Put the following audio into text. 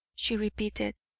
she repeated,